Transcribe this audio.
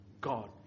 God